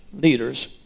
leaders